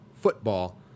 football